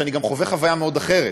שאני חווה חוויה מאוד אחרת,